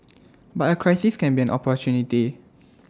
but A crisis can be an opportunity